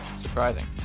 Surprising